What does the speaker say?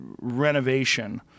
renovation